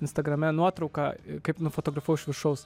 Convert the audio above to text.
instagrame nuotrauką kaip nufotografavau iš viršaus